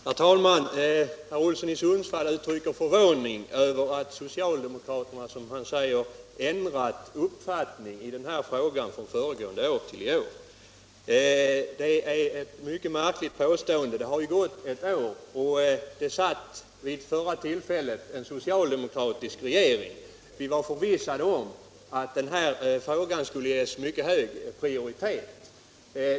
Herr talman! Herr Olsson i Sundsvall uttrycker förvåning över att socialdemokraterna, som han säger, ändrat uppfattning i den här frågan från föregående år till i år. Detta är ett mycket märkligt påstående. Det satt vid förra tillfället en socialdemokratisk regering. Vi var förvissade om att denna fråga skulle ges mycket hög prioritet.